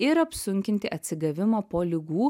ir apsunkinti atsigavimą po ligų